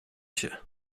się